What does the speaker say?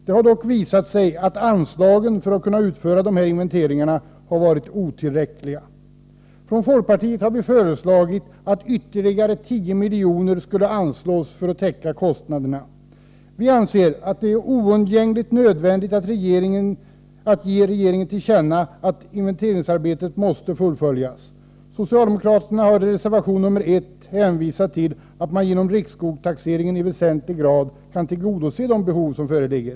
Det har dock visat sig att anslagen för att kunna utföra dessa inventeringar har varit otillräckliga. Från folkpartiet har vi föreslagit att ytterligare 10 miljoner skulle anslås för att täcka kostnaderna. Vi anser att det är oundgängligen nödvändigt att ge regeringen till känna att inventeringsarbetet måste fullföljas. Socialdemokraterna har i reservation 1 hänvisat till att man genom riksskogstaxeringen i väsentlig grad kan tillgodose de behov som föreligger.